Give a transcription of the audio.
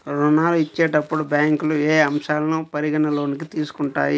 ఋణాలు ఇచ్చేటప్పుడు బ్యాంకులు ఏ అంశాలను పరిగణలోకి తీసుకుంటాయి?